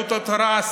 ויהדות התורה.